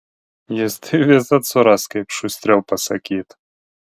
jis tai visad suras kaip šustriau pasakyt